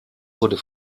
wurde